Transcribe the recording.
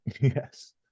Yes